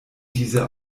diese